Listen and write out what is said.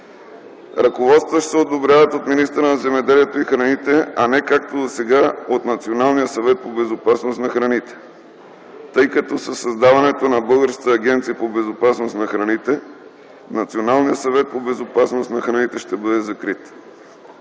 Ръководствата ще се одобряват от министъра на земеделието и храните, а не както досега от Националния съвет по безопасност на храните, тъй като със създаването на Българската агенция по безопасност на храните Националният съвет по безопасност на храните ще бъде закрит.